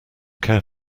care